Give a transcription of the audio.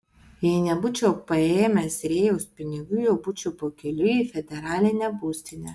jei nebūčiau paėmęs rėjaus pinigų jau būčiau pakeliui į federalinę būstinę